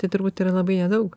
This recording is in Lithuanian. tai turbūt yra labai nedaug